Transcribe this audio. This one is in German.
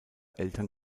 eltern